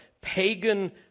pagan